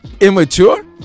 Immature